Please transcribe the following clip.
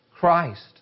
Christ